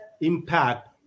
impact